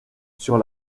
sur